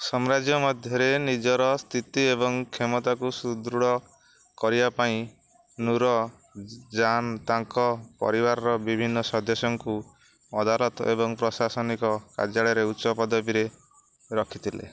ସାମ୍ରାଜ୍ୟ ମଧ୍ୟରେ ନିଜର ସ୍ଥିତି ଏବଂ କ୍ଷମତାକୁ ସୁଦୃଢ଼ କରିବା ପାଇଁ ନୁରଜାନ ତାଙ୍କ ପରିବାରର ବିଭିନ୍ନ ସଦସ୍ୟଙ୍କୁ ଅଦାଲତ ଏବଂ ପ୍ରଶାସନିକ କାର୍ଯ୍ୟାଳୟରେ ଉଚ୍ଚ ପଦବୀରେ ରଖିଥିଲେ